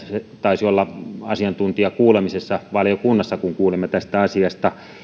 se taisi olla asiantuntijakuulemisessa valiokunnassa kun kuulimme tästä asiasta